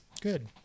Good